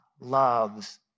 loves